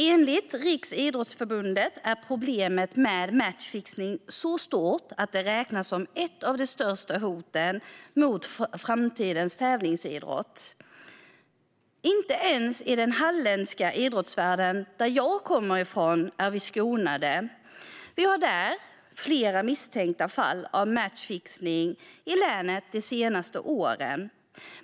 Enligt Riksidrottsförbundet är problemet med matchfixning så stort att det räknas som ett av de största hoten mot framtidens tävlingsidrott. Inte ens i den halländska idrottsvärlden, som jag kommer från, är vi skonade. Det finns i länet flera misstänkta fall av matchfixning de senaste åren.